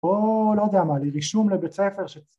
‫או, לא יודע מה, לרישום לבית הספר.